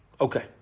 Okay